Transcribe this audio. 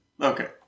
Okay